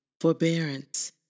forbearance